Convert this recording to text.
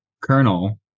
Colonel